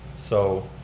so,